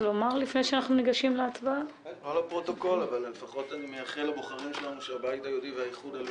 מי בעד ההצעה, שירים את ידו?